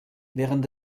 während